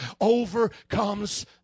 overcomes